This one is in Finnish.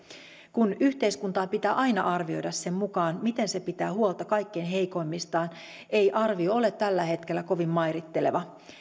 kun yhteiskuntaa pitää aina arvioida sen mukaan miten se pitää huolta kaikkein heikoimmistaan ei arvio ole tällä hetkellä kovin mairitteleva